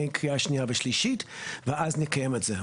הקריאה השנייה והשלישית ואז נקיים את זה.